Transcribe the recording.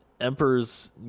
Emperor's